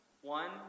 One